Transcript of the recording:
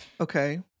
Okay